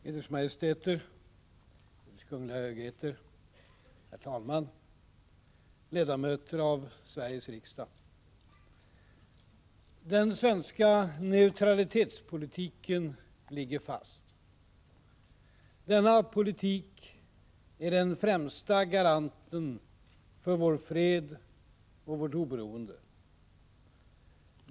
Eders Majestäter, Eders Kungliga Högheter, herr talman, ledamöter av Sveriges riksdag! Den svenska neutralitetspolitiken ligger fast. Denna politik är den främsta garanten för vår fred och vårt oberoende.